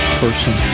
person